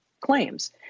claims